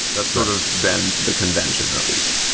that's sort of been the convention, at least.